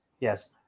yes